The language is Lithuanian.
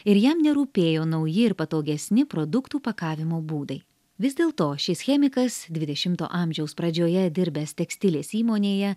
ir jam nerūpėjo nauji ir patogesni produktų pakavimo būdai vis dėl to šis chemikas dvidešimto amžiaus pradžioje dirbęs tekstilės įmonėje